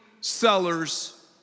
Sellers